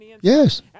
yes